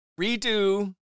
redo